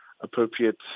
appropriate